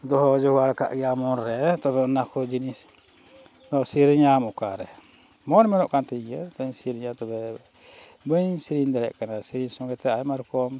ᱫᱚᱦᱚ ᱡᱚᱜᱟᱲ ᱟᱠᱟᱫ ᱜᱮᱭᱟ ᱢᱚᱱᱨᱮ ᱛᱚᱵᱮ ᱚᱱᱟᱠᱚ ᱡᱤᱱᱤᱥ ᱫᱚ ᱥᱮᱨᱮᱧᱟᱢ ᱚᱠᱟᱨᱮ ᱢᱚᱱ ᱢᱮᱱᱟᱜ ᱠᱟᱱᱛᱤᱧ ᱜᱮᱭᱟ ᱛᱚ ᱥᱮᱨᱮᱧᱟ ᱛᱚᱵᱮ ᱵᱟᱹᱧ ᱥᱮᱨᱮᱧ ᱫᱟᱲᱮᱭᱟᱜ ᱠᱟᱱᱟ ᱥᱮᱨᱮᱧ ᱥᱚᱸᱜᱮᱛᱮ ᱟᱭᱢᱟ ᱨᱚᱠᱚᱢ